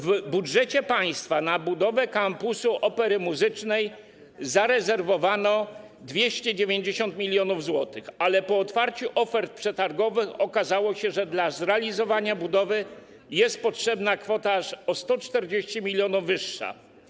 W budżecie państwa na budowę kampusu akademii muzycznej zarezerwowano 290 mln zł, ale po otwarciu ofert przetargowych okazało się, że do zrealizowania budowy jest potrzebna kwota aż o 140 mln wyższa.